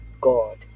God